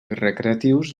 recreatius